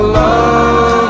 love